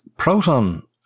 Proton